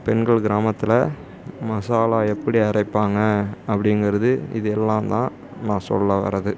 பெண்கள் கிராமத்தில் மசாலா எப்படி அரைப்பாங்க அப்படிங்கறது இது எல்லாம் தான் நான் சொல்ல வரது